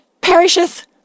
perisheth